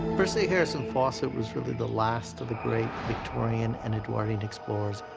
percy harrison fawcett was really the last of the great victorian and edwardian explorers,